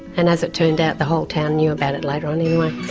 and as it turned out the whole town knew about it later on anyway.